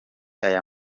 aya